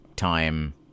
time